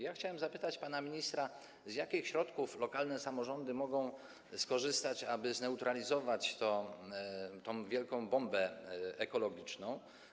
Ja chciałem zapytać pana ministra, z jakich środków lokalne samorządy mogą skorzystać, aby zneutralizować tę wielką bombę ekologiczną.